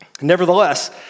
Nevertheless